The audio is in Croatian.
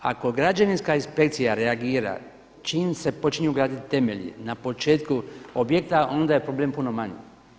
Ako građevinska inspekcija reagira čim se počinju graditi temelji na početku objekta onda je problem puno manji.